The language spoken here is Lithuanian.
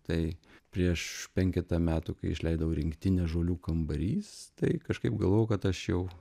tai prieš penketą metų kai išleidau rinktinę žolių kambarys tai kažkaip galvojau kad aš jau